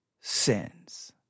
sins